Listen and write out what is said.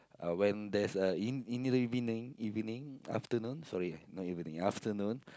uh when there's a in in evening evening afternoon sorry not evening afternoon